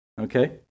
Okay